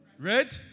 Red